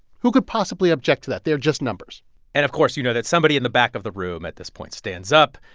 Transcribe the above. who could possibly object to that? they're just numbers and, of course, you know that somebody in the back of the room, at this point, stands up.